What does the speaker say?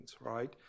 right